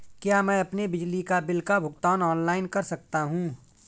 क्या मैं अपने बिजली बिल का भुगतान ऑनलाइन कर सकता हूँ?